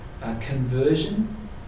conversion